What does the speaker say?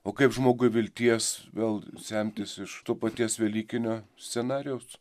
o kaip žmogui vilties vėl semtis iš to paties velykinio scenarijaus